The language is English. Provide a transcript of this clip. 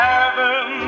Heaven